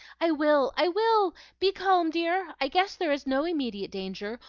i will! i will! be calm, dear! i guess there is no immediate danger.